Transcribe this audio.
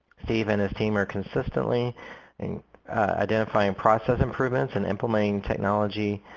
steve and his team are consistently and identifying process improvements and implementing technology,